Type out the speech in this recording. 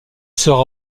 sera